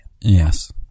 Yes